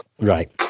right